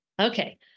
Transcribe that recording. Okay